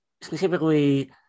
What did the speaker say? specifically